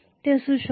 ते असेच असू शकते